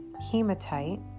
Hematite